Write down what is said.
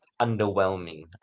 underwhelming